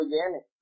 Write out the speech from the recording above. organic